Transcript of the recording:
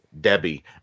debbie